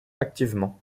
activement